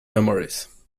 memories